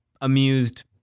amused